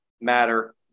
matter